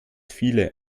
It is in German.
viele